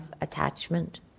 attachment